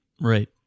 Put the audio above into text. Right